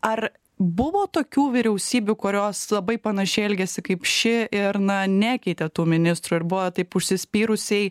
ar buvo tokių vyriausybių kurios labai panašiai elgiasi kaip ši ir na nekeitė tų ministrų ir buvo taip užsispyrusiai